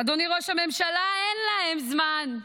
אדוני ראש הממשלה, אין להם זמן.